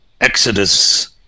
Exodus